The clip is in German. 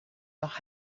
noch